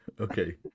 Okay